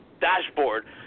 dashboard